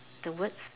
the words